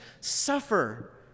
suffer